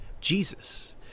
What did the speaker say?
Jesus